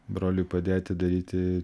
broliui padėti daryti